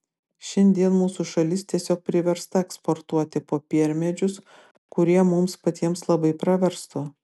šiandien mūsų šalis tiesiog priversta eksportuoti popiermedžius kurie mums patiems labai praverstų